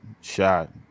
shot